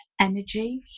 energy